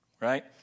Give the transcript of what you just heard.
right